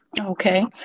Okay